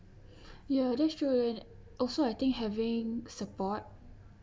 ya that's true also I think having support